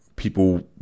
People